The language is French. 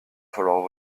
falloir